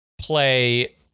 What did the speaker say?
play